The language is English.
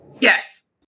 Yes